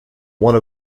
one